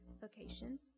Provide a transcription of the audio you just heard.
vocation